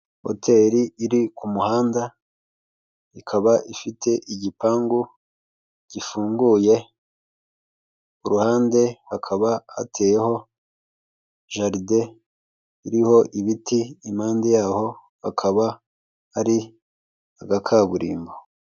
Hoteri iri ku muhanda ikaba ifite igipangu gifunguye, ku ruhande hakaba hateyeho jaride iriho ibiti impande yaho hakaba hari agakaburimbo.